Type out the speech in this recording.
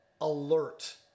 alert